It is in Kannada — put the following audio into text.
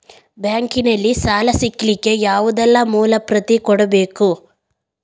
ಬ್ಯಾಂಕ್ ನಲ್ಲಿ ಸಾಲ ಸಿಗಲಿಕ್ಕೆ ಯಾವುದೆಲ್ಲ ಮೂಲ ಪ್ರತಿ ಕೊಡಬೇಕು?